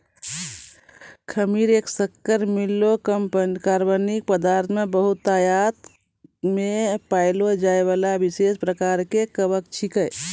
खमीर एक शक्कर मिललो कार्बनिक पदार्थ मे बहुतायत मे पाएलो जाइबला विशेष प्रकार के कवक छिकै